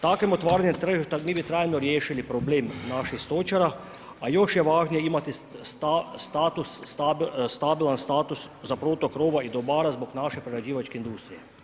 Takvim otvaranjem tržišta mi bi trajno riješili problem naših stočara, a još je važnije imati status, stabilan status za protok roba i dobara zbog naše prerađivačke industrije.